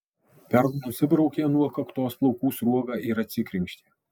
perl nusibraukė nuo kaktos plaukų sruogą ir atsikrenkštė